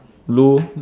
blue